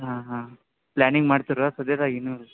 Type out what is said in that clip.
ಹಾಂ ಹಾಂ ಪ್ಲ್ಯಾನಿಂಗ್ ಮಾಡ್ತೀರಾ ಸದ್ಯದಾಗೆ ಇನ್ನು